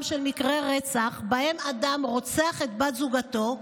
של מקרי רצח שבהם אדם רוצח את בת זוגו.